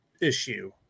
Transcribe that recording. issue